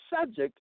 subject